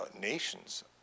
nations